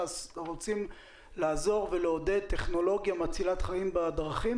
לעזור ולעודד טכנולוגיה מצילת חיים בדרכים?